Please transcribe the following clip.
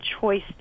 choice